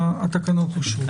התקנות אושרו.